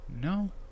No